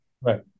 Right